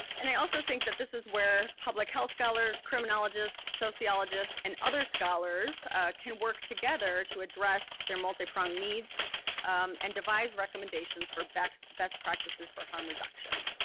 and i also think that this is where public health scholars, criminologists, sociologists and other scholars can work together to address their multi-pronged needs and devise recommendations for best best practices for harm reduction.